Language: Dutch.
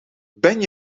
ben